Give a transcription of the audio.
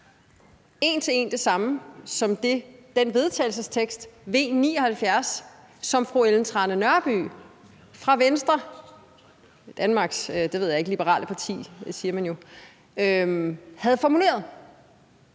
en til en det samme som den vedtagelsestekst, V 79, som fru Ellen Trane Nørby fra Venstre – Danmarks Liberale Parti, siger man jo – havde formuleret.